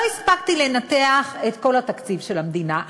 לא הספקתי לנתח את כל התקציב של המדינה,